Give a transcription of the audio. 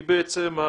היא בעצם,